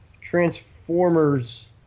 Transformers